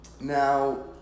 Now